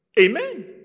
Amen